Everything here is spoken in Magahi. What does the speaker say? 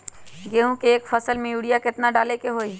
गेंहू के एक फसल में यूरिया केतना डाले के होई?